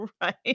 Right